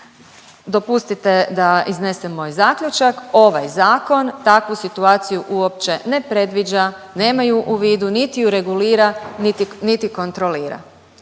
Dopustite da iznesem moj zaključak, ovaj zakon takvu situaciju uopće ne predviđa, nema ju u vidu, niti ju regulira, niti kontrolira,